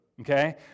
okay